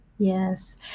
Yes